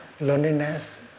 loneliness